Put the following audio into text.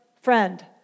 friend